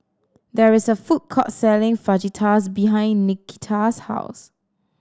there is a food court selling Fajitas behind Nikita's house